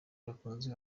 yakunze